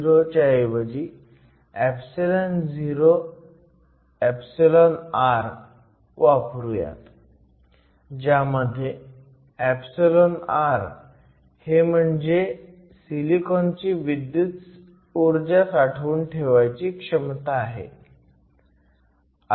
आणि εo ऐवजी εo εr वापरूयात ज्यामध्ये εr हे म्हणजे सीलिकॉनची विद्युतऊर्जा साठवून ठेवायची क्षमता आहे